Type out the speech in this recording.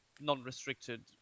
Non-restricted